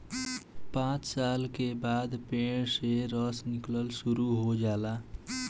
पांच साल के बाद पेड़ से रस निकलल शुरू हो जाला